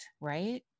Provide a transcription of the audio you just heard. Right